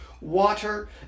water